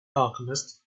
alchemist